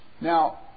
Now